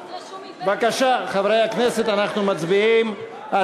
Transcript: בבקשה, חברי הכנסת, אנחנו מצביעים.